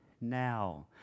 now